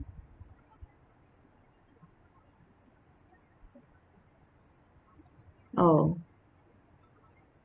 oh